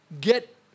get